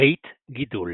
בית-גידול